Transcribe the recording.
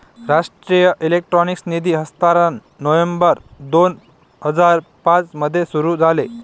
राष्ट्रीय इलेक्ट्रॉनिक निधी हस्तांतरण नोव्हेंबर दोन हजार पाँच मध्ये सुरू झाले